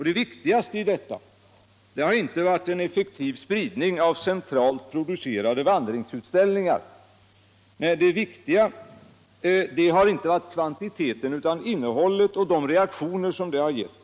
Det viktigaste i detta har inte varit en effektiv spridning av centralt producerade vandringsutställningar, nej, det viktigaste har inte varit kvantiteten, utan innehållet och de reaktioner som detta har gett.